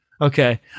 Okay